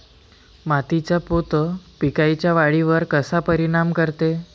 मातीचा पोत पिकाईच्या वाढीवर कसा परिनाम करते?